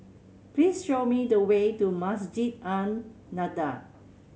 please show me the way to Masjid An Nahdhah